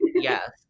Yes